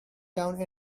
down